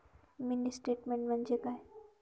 Mini statement म्हणजे काय?